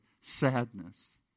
sadness